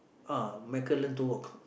uh Micheal learn to rock